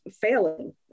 failing